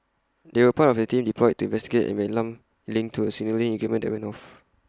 they were part of A team deployed to investigate an alarm linked to A signalling equipment that went off